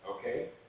okay